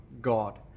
God